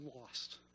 lost